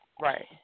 right